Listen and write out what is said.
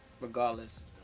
Regardless